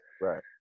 right